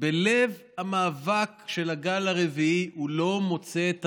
בלב המאבק של הגל הרביעי הוא לא מוצא את